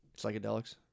psychedelics